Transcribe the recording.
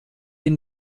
den